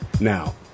Now